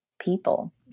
people